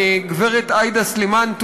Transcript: גברת עאידה תומא-סלימאן,